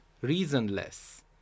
reasonless